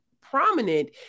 prominent